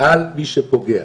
על מי שפוגע